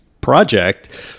project